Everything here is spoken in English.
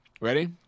Ready